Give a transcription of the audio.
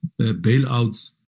bailouts